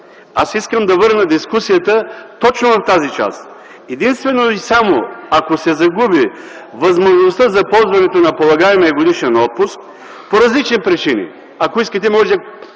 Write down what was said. аз искам да върна дискусията точно в тази част – единствено и само, ако се загуби възможността за ползването на полагаемия годишен отпуск по различни причини. Ако искате, можем да